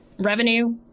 Revenue